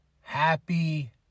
happy